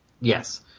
Yes